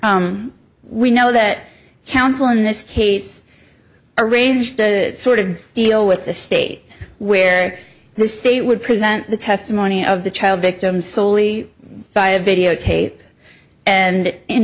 we know that counsel in this case arranged to sort of deal with the state where the state would present the testimony of the child victim soley via videotape and in